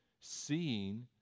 seeing